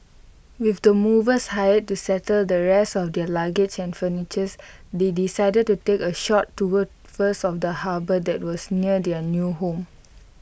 with the movers hired to settle the rest of their luggage and furniture they decided to take A short tour first of the harbour that was near their new home